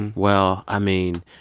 and well, i mean,